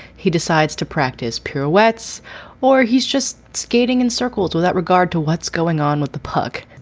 he decides to practice pirouettes or he's just skating in circles without regard to what's going on with the puck.